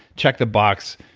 check the box,